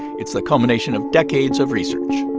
it's the combination of decades of research